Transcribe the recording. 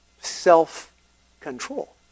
self-control